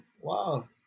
wow